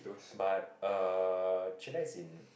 but uh chillax in